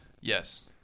Yes